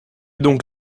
donc